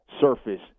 surface